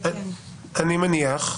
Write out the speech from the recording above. אני מניח,